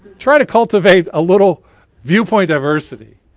try to cultivate a little viewpoint diversity.